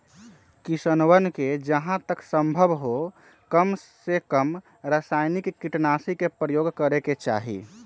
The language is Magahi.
किसनवन के जहां तक संभव हो कमसेकम रसायनिक कीटनाशी के प्रयोग करे के चाहि